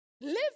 Live